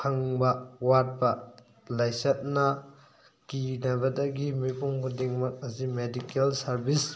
ꯐꯪꯕ ꯋꯥꯠꯄ ꯂꯥꯏꯆꯠꯅ ꯀꯤꯅꯕꯗꯒꯤ ꯃꯤꯄꯨꯝ ꯈꯨꯗꯤꯡꯃꯛ ꯑꯁꯤ ꯃꯦꯗꯤꯀꯦꯜ ꯁꯥꯔꯚꯤꯁ